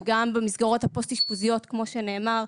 וגם במסגרות הפוסט-אשפוזיות כמו שנאמר.